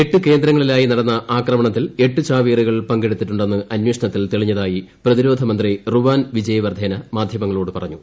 എട്ട് കേന്ദ്രങ്ങളിലായി നടന്ന ആക്രമണത്തിൽ എട്ട് ചാവേറുകൾ പങ്കെടുത്തിട്ടു ന്ന് അന്വേഷണത്തിൽ തെളിഞ്ഞതായി പ്രതിരോധ മന്ത്രി റുവാൻ വിജേ വർധേന മാധ്യമങ്ങളോട് പറഞ്ഞു